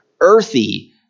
earthy